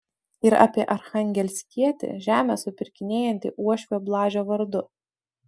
ir apie archangelskietį žemę supirkinėjantį uošvio blažio vardu